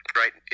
right